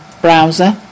browser